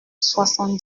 soixante